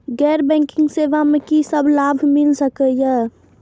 गैर बैंकिंग सेवा मैं कि सब लाभ मिल सकै ये?